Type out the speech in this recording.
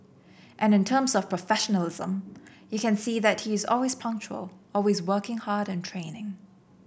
and in terms of professionalism you can see that he is always punctual always working hard in training